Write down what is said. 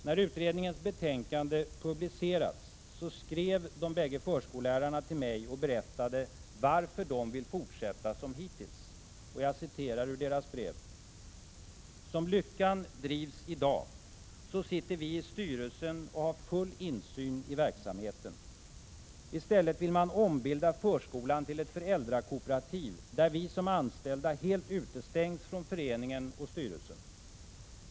När utredningens betänkande publicerats skrev de bägge förskollärarna till mig och berättade varför de vill fortsätta som hittills. Jag citerar ur deras brev: ”Som Lyckan drivs i dag sitter vi i styrelsen och har full insyn i verksamheten. I stället vill man ombilda förskolan till ett föräldrakooperativ där vi som anställda helt utestängs från föreningen och styrelsen.